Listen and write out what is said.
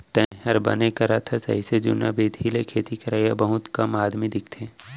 तैंहर बने करत हस अइसे जुन्ना बिधि ले खेती करवइया बहुत कम आदमी दिखथें